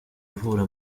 ivura